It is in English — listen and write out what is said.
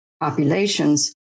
populations